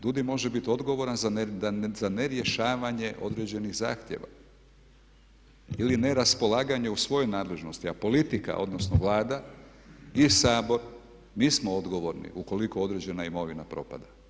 DUUDI može biti odgovoran za nerješavanje određenih zahtjeva ili neraspolaganje u svojoj nadležnosti, a politika, odnosno Vlada i Sabor mi smo odgovorni ukoliko određena imovina propada.